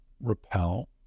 repel